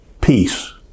Peace